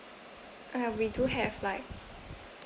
uh we do have like